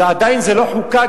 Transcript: זה עדיין לא חוקק,